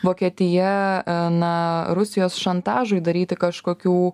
vokietija na rusijos šantažui daryti kažkokių